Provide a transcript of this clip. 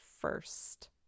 first